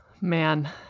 man